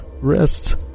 rest